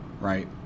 right